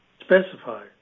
specify